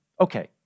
Okay